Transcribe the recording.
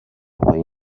پایی